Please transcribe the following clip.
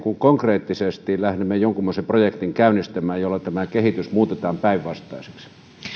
konkreettisesti lähdemme käynnistämään jonkinmoisen projektin jolla tämä kehitys muutetaan päinvastaiseksi